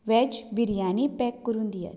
veg biryani pack करून दियात